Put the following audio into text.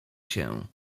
się